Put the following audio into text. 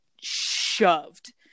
shoved